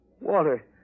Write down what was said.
water